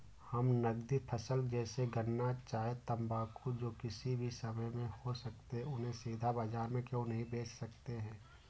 हम नगदी फसल जैसे गन्ना चाय तंबाकू जो किसी भी समय में हो सकते हैं उन्हें सीधा बाजार में क्यो नहीं बेच सकते हैं?